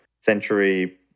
century